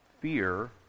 fear